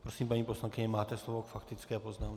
Prosím, paní poslankyně, máte slovo k faktické poznámce.